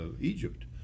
Egypt